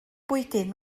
bwydydd